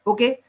Okay